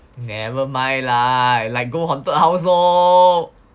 never mind lah like go haunted house lor